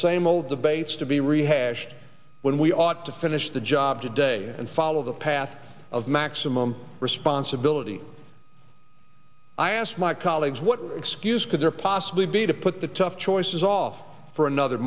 same old debates to be rehashed when we ought to finish the job today and follow the path of maximum responsibility i asked my colleagues what excuse could there possibly be to put the tough choices off for another